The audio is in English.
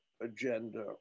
agenda